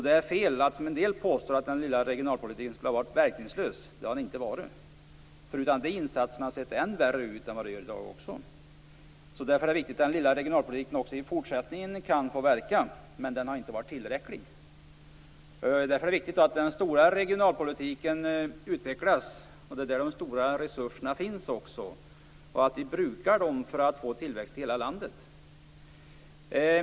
Det är fel att påstå, som en del gör, att den lilla regionalpolitiken skulle ha varit verkningslös. Det har den inte varit. Utan dessa insatser skulle det ha sett än värre ut, än vad det gör i dag. Därför är det viktigt att den lilla regionalpolitiken även i fortsättningen kan få verka. Men den har inte varit tillräcklig. Därför är det viktigt att den stora regionalpolitiken utvecklas. Det är där de stora resurserna finns. Det är viktigt att vi brukar dem för att få tillväxt i hela landet.